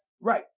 Right